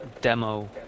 demo